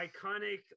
Iconic